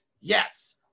yes